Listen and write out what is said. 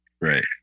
Right